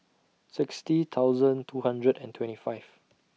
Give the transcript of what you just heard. sixty thousand two hundred and twenty Fifth